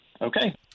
Okay